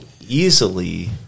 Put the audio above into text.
easily